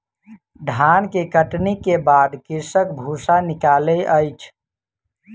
धान के कटनी के बाद कृषक भूसा निकालै अछि